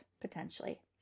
potentially